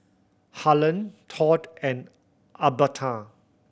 Harland Todd and Albertha